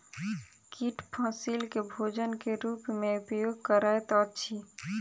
कीट फसील के भोजन के रूप में उपयोग करैत अछि